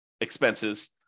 expenses